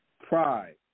Pride